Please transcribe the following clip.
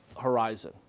horizon